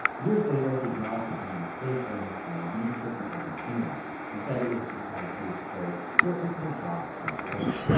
years later, he acknowledged that he made mistakes during his time in leadership in argentina and said it was because he was put into the job too early.